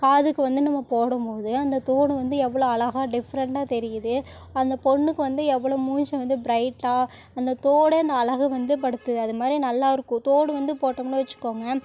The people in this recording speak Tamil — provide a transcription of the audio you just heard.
காதுக்கு வந்து நம்ம போடும் போது அந்த தோடு வந்து எவ்வளோ அழகாக டிஃப்ரெண்டாக தெரியுது அந்த பொண்ணுக்கு வந்து எவ்வளோ மூஞ்சி வந்து ப்ரைட்டாக அந்த தோடே அந்த அழகு வந்து படுத்துது அது மாதிரி நல்லா இருக்கும் தோடு வந்து போட்டோம்னு வச்சுக்கோங்க